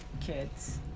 kids